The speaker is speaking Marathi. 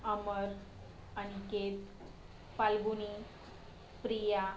अमर अनिकेत फाल्गुनी प्रिया